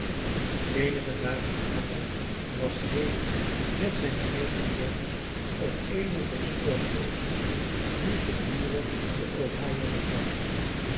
eenige dagen later was haley met zijn eigendom op eene der stoombooten die gedurig den ohio bevaren